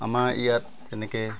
আমাৰ ইয়াত তেনেকৈ